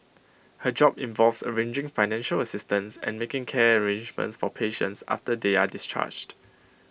her job involves arranging financial assistance and making care arrangements for patients after they are discharged